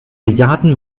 bejahrten